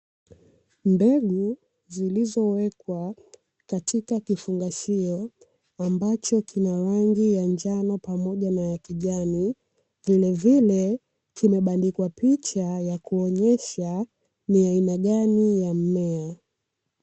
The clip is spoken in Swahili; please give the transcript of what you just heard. Mbegu zilizowekwa katika kifungashio ambacho kina rangi ya njano pamoja na ya kijani, vilevile kimebandikwa picha ya kuonyesha ni aina gani ya mmea.